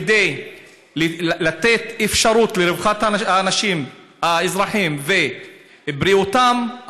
כדי לתת אפשרות לרווחת האזרחים ובריאותם,